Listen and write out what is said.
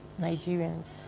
Nigerians